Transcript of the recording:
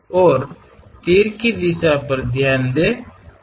और तीर की दिशा पर ध्यान दें